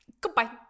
Goodbye